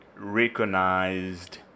recognized